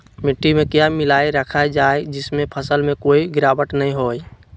मिट्टी में क्या मिलाया रखा जाए जिससे फसल में कोई गिरावट नहीं होई?